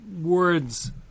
words